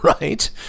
right